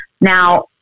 Now